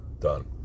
Done